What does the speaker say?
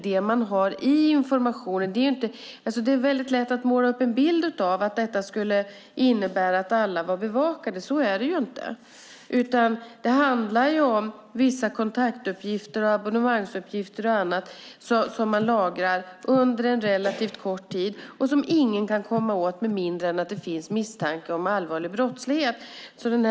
Det är lätt att måla upp en bild av att detta skulle innebära att alla var bevakade. Så är det inte, utan det handlar om vissa kontaktuppgifter och abonnemangsuppgifter som lagras under en relativt kort tid och som ingen kan komma åt med mindre än att det finns en misstanke om allvarlig brottslighet.